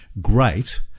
great